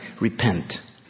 Repent